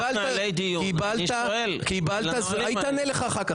היא תענה לך אחר כך.